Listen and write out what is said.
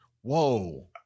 Whoa